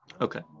Okay